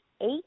eight